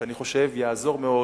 שאני חושב שיעזור מאוד